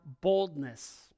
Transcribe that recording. boldness